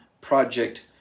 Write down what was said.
project